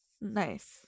Nice